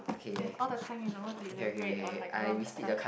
ya all the time you know to elaborate on like a lot of stuffs